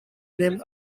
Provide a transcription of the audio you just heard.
named